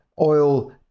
oil